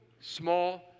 small